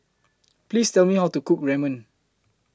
Please Tell Me How to Cook Ramen